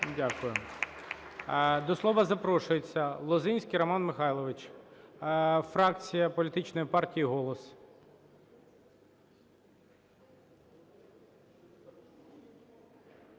Дякую. До слова запрошується Лозинський Роман Михайлович, фракція політичної партії "Голос".